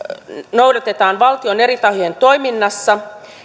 noudatetaan valtion eri tahojen toiminnassa